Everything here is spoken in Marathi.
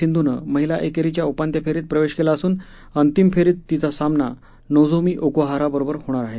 सिंधूनं महिला एकेरीच्या उपान्त्य फेरीत प्रवेश केला असून अंतिम फेरीत तिचा सामना नोझोमी ओकुहारा बरोबर होणार आहे